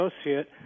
associate